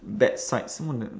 bad sides some of them